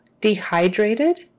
Dehydrated